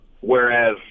whereas